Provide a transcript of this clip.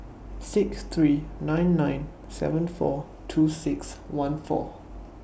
six three nine nine seven four two six one four